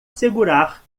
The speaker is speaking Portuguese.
segurar